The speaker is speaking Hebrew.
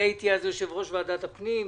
הייתי אז יושב-ראש ועדת הפנים,